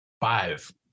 five